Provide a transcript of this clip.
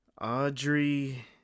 audrey